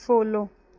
follow